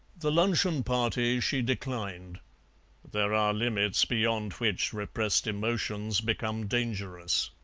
the luncheon-party she declined there are limits beyond which repressed emotions become dangerous.